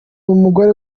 umugore